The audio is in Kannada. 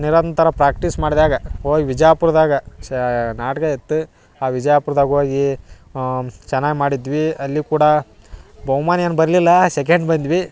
ನಿರಂತರ ಪ್ರಾಕ್ಟೀಸ್ ಮಾಡಿದಾಗ ಹೋಗಿ ಬಿಜಾಪುರದಾಗ ಶಾ ನಾಟಕ ಇತ್ತು ಆ ವಿಜಯಾಪುರ್ದಾಗ ಹೋಗೀ ಚೆನ್ನಾಗಿ ಮಾಡಿದ್ವಿ ಅಲ್ಲಿ ಕೂಡ ಬಹುಮಾನ ಏನು ಬರಲಿಲ್ಲ ಸೆಕೆಂಡ್ ಬಂದ್ವಿ